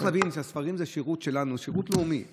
צריך להבין שהספרים הם שירות לאומי שלנו.